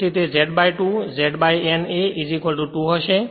તેથી તે Z 2 Z N A 2 હશે